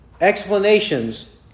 Explanations